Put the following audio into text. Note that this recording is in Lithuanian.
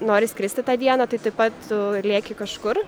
nori skristi tą dieną tai taip pat tu lieki kažkur